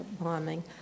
bombing